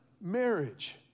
marriage